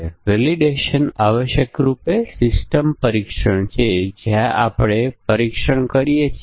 તો પછી અહીં કેટલાક વિશિષ્ટ સંયોજનો પર આધાર રાખીને આપણે આ ક્રિયાઓ પ્રદર્શિત કરીશું